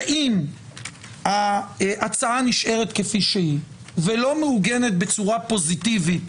שאם ההצעה נשארת כפי שהיא ולא מעוגנת בצורה פוזיטיבית,